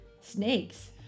Snakes